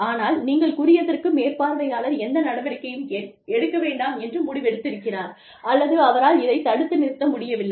ஆனால் நீங்கள் கூறியதற்கு மேற்பார்வையாளர் எந்த நடவடிக்கையும் எடுக்க வேண்டாம் என்று முடிவெடுத்திருக்கிறார் அல்லது அவரால் இதைத் தடுத்து நிறுத்த முடியவில்லை